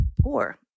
poor